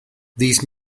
these